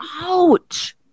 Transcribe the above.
ouch